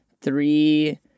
Three